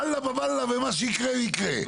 "עלא באב אללא" ומה שיקרה יקרה.